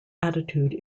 attitude